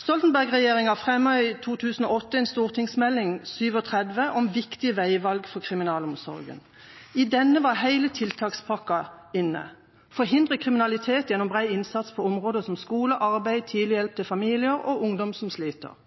Stoltenberg-regjeringa fremmet i 2008 en stortingsmelding, St.meld. nr. 37 for 2007–2008, om viktige veivalg for kriminalomsorgen. I denne var hele tiltakspakka inne: Forhindre kriminalitet gjennom bred innsats på områder som skole, arbeid, tidlig hjelp til familier og ungdom som sliter